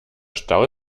stau